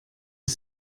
das